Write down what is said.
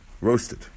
roasted